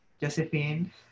Josephine